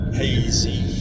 hazy